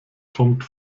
kommt